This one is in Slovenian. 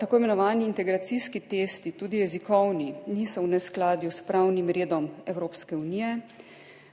Tako imenovani integracijski testi, tudi jezikovni, niso v neskladju s pravnim redom Evropske unije,